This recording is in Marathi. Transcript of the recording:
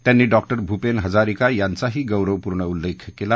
त्यांनी डॉक्टर भूपेन हजारिका यांचाही गौरवपूर्ण उल्लेख केला